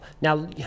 Now